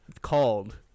called